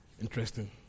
interesting